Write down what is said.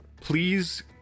please